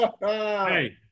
Hey